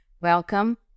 Welcome